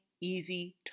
easy